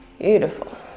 Beautiful